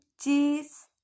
cheese